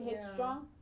headstrong